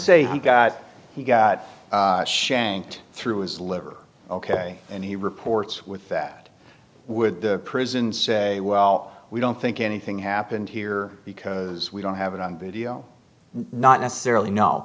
say he got he got shanked through his liver ok and he reports with that with the prison say well we don't think anything happened here because we don't have it on video not necessarily no